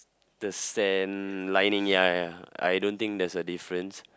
the sand lining ya ya I don't think there's a difference